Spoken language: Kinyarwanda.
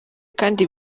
kandi